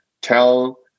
tell